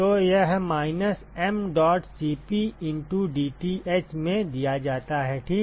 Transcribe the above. तो यह minus mdot Cp into dTh में दिया जाता है ठीक